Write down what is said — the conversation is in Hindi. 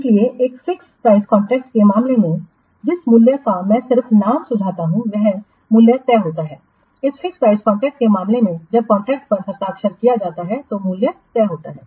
इसलिए एक फिक्स प्राइसकॉन्ट्रैक्टस के मामले में जिस मूल्य का मैं सिर्फ नाम सुझाता हूं वह मूल्य तय होता है इस फिक्स प्राइसकॉन्ट्रैक्टस के मामले में जब कॉन्ट्रैक्ट पर हस्ताक्षर किया जाता है तो मूल्य तय होता है